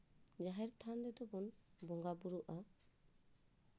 ᱡᱟᱦᱮᱨ ᱛᱷᱟᱱ ᱨᱮᱫᱚ ᱵᱚᱱ ᱵᱚᱸᱜᱟᱼᱵᱩᱨᱩᱜᱼᱟ